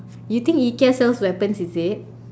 you think IKEA sells weapons is it